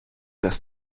das